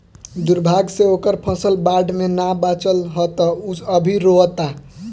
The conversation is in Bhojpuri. दुर्भाग्य से ओकर फसल बाढ़ में ना बाचल ह त उ अभी रोओता